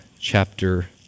chapter